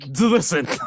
listen